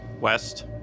west